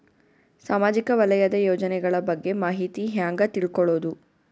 ಸಾಮಾಜಿಕ ವಲಯದ ಯೋಜನೆಗಳ ಬಗ್ಗೆ ಮಾಹಿತಿ ಹ್ಯಾಂಗ ತಿಳ್ಕೊಳ್ಳುದು?